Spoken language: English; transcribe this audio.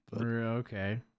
Okay